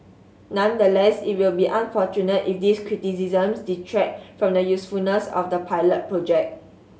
nonetheless it will be unfortunate if these criticisms detract from the usefulness of the pilot project